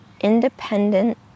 independent